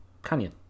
Canyon